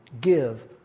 give